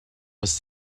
was